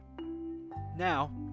Now